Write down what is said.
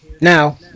now